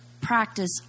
practice